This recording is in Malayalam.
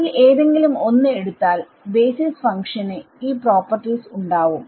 അതിൽ ഏതെങ്കിലും ഒന്ന് എടുത്താൽ ബേസിസ് ഫങ്ക്ഷന് ഈ പ്രോപ്പർട്ടീസ്ഉണ്ടാവും